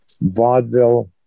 vaudeville